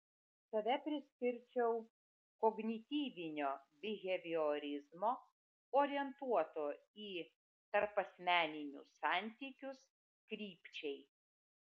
save priskirčiau kognityvinio biheviorizmo orientuoto į tarpasmeninius santykius krypčiai